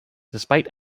despite